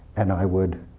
and i would